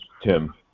Tim